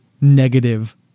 negative